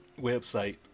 website